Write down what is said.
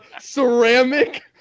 ceramic